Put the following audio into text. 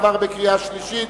עבר בקריאה שלישית,